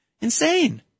Insane